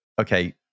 okay